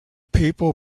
people